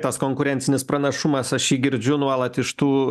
tas konkurencinis pranašumas aš jį girdžiu nuolat iš tų